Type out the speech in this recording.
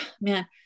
man